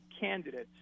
candidates